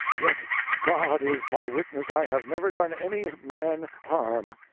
yet god is my witness i have never done any man harm!